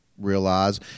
realize